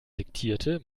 diktierte